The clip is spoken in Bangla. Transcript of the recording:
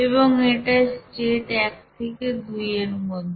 এবং এটা স্টেট এক থেকে দুইয়ের মধ্যে